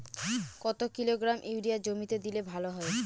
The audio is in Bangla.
কত কিলোগ্রাম ইউরিয়া জমিতে দিলে ভালো হয়?